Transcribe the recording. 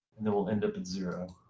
and then we'll end up at zero.